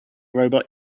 robot